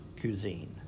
cuisine